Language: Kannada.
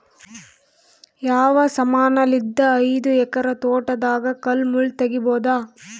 ಯಾವ ಸಮಾನಲಿದ್ದ ಐದು ಎಕರ ತೋಟದಾಗ ಕಲ್ ಮುಳ್ ತಗಿಬೊದ?